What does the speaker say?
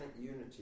unity